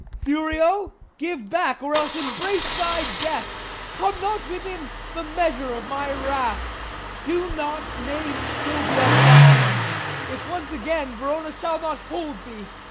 thurio, give back, or else embrace thy death come not within the measure of my wrath do not name silvia thine if once again, verona shall not hold thee.